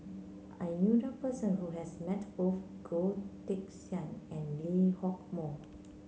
I knew a person who has met both Goh Teck Sian and Lee Hock Moh